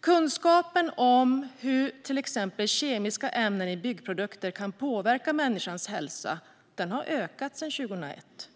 Kunskapen om hur till exempel kemiska ämnen i byggprodukter kan påverka människans hälsa har ökat sedan 2001.